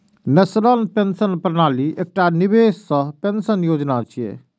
national pension प्रणाली एकटा निवेश सह पेंशन योजना छियै